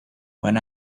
when